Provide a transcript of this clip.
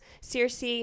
Circe